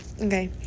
Okay